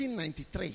1993